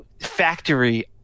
Factory